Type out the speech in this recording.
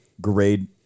grade